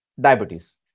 diabetes